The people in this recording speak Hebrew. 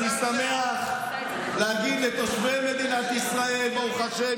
אני שמח להגיד לתושבי מדינת ישראל שברוך השם,